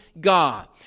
God